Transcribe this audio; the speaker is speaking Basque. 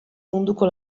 munduko